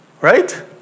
Right